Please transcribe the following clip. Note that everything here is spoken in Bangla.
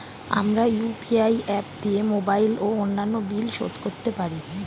আমরা ইউ.পি.আই অ্যাপ দিয়ে মোবাইল ও অন্যান্য বিল শোধ করতে পারি